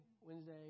Wednesday